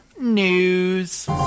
News